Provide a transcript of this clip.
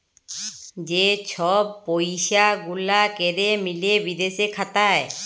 যে ছব পইসা গুলা ক্যরে মিলে বিদেশে খাতায়